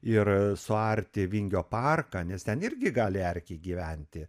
ir suarti vingio parką nes ten irgi gali erkė gyventi